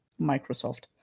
Microsoft